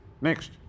Next